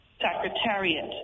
Secretariat